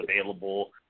available